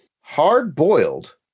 Hard-boiled